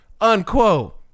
unquote